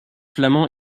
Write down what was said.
flamand